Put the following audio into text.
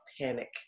panic